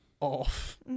off